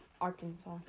Arkansas